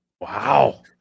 wow